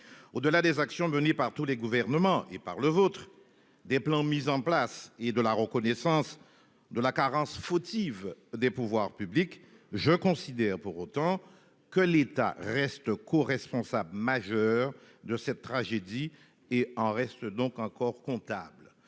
Au-delà des actions menées par tous les gouvernements et par le vôtre. Des plans mis en place et de la reconnaissance de la carence fautive des pouvoirs publics. Je considère, pour autant que l'État reste coresponsable. Majeur de cette tragédie et en reste donc encore comptable.